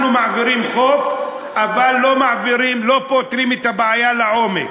אנחנו מעבירים חוק, אבל לא פותרים את הבעיה לעומק.